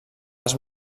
les